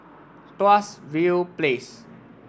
Tuas View Place